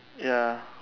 ya